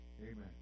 Amen